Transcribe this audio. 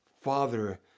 father